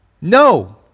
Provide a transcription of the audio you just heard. No